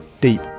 Deep